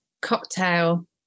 cocktail